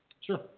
Sure